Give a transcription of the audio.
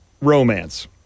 Romance